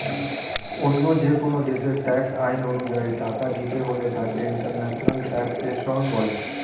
অন্য যেকোন দেশের ট্যাক্স আইন অনুযায়ী টাকা দিতে হলে তাকে ইন্টারন্যাশনাল ট্যাক্সেশন বলে